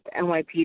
NYPD